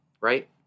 right